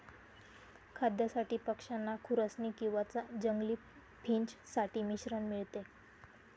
खाद्यासाठी पक्षांना खुरसनी किंवा जंगली फिंच साठी मिश्रण मिळते